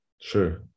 Sure